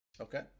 Okay